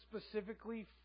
specifically